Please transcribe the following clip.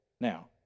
now